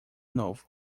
novo